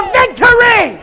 victory